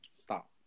Stop